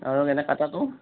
আৰু এনে কটাটো